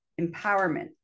empowerment